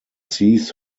sees